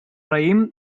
raïm